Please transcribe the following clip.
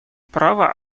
права